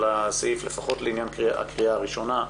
לפחות לקריאה הראשונה.